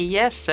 yes